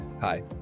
Hi